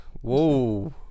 Whoa